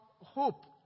hope